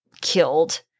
killed